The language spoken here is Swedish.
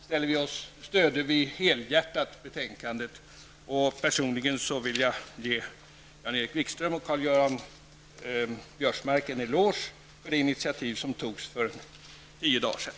I övrigt stöder vi helhjärtat betänkandet. Personligen vill jag ge Jan-Erik Wikström och Karl-Göran Biörsmark en eloge för det initiativ som togs för tio dagar sedan.